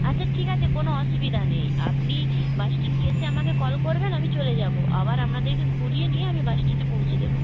আচ্ছা ঠিক আছে কোনও অসুবিধা নেই আপনি বাস স্ট্যান্ডে এসে আমাকে কল করবেন আমি চলে যাব আবার আপনাদেরকে ঘুরিয়ে নিয়ে আমি বাস স্ট্যান্ডে পৌঁছে দেব